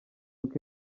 week